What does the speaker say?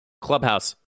Clubhouse